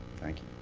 thank you.